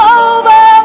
over